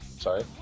sorry